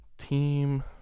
team